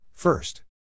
First